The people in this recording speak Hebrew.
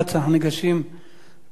אנחנו ניגשים להצבעה,